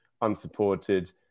unsupported